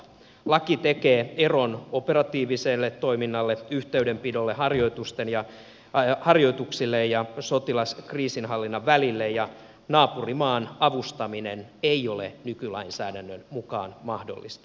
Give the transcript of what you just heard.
laki tekee eron operatiivisen toiminnan yhteydenpidon harjoitusten ja sotilaskriisinhallinnan välille ja naapurimaan avustaminen ei ole nykylainsäädännön mukaan mahdollista